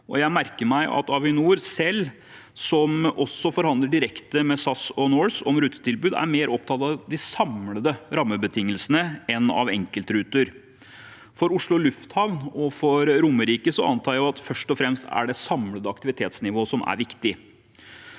Jeg merker meg at Avinor selv, som også forhandler direkte med SAS og Norse om rutetilbud, er mer opptatt av de samlede rammebetingelsene enn av enkeltruter. For Oslo lufthavn og for Romerike antar jeg at det først og fremst er det samlede aktivitetsnivået som er viktig.